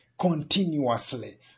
continuously